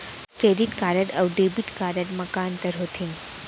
Credit card अऊ debit card मा का अंतर होथे?